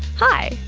hi,